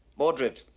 mordred,